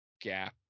gap